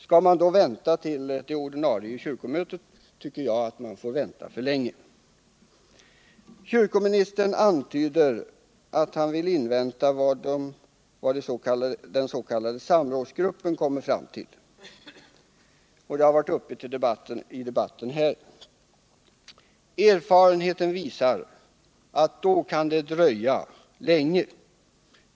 Skall man då vänta till det ordinarie kyrkomötet, tycker jag att man får vänta för länge. Kyrkoministern antyder att han vill invänta vad den s.k. samrådsgruppen kommer fram till, och det spörsmålet har varit uppe till diskussion i denna debatt. Erfarenheten visar att det då kan dröja länge.